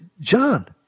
John